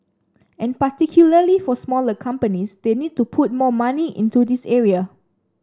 and particularly for smaller companies they need to put more money into this area